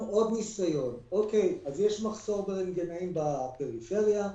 יש מחסור ברנטגנאים בפריפריה,